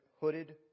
hooded